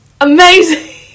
Amazing